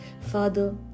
Father